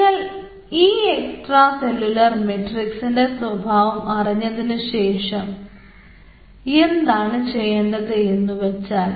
നിങ്ങൾ ഈ extra cellular മെട്രിക്സിൻറെ സ്വഭാവം അറിഞ്ഞതിനുശേഷം എന്താണ് ചെയ്യേണ്ടത് എന്ന് വെച്ചാൽ